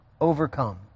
Overcome